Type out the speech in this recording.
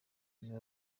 nyuma